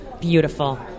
Beautiful